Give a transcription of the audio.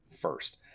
first